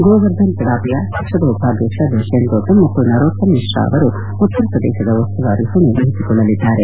ಗೋವರ್ಧನ್ ಜಡಾಪಿಯಾ ಪಕ್ಷದ ಉಪಾಧ್ಯಕ್ಷ ದುಶ್ಯಂತ್ ಗೌತಮ್ ಮತ್ತು ನರೋತಮ್ ಮಿಶ್ರಾ ಅವರು ಉತ್ತರ ಪ್ರದೇಶದ ಉಸ್ಸುವಾರಿ ಹೊಣೆ ವಹಿಸಿಕೊಳ್ಳಲಿದ್ದಾರೆ